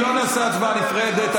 לא נעשה הצבעה נפרדת.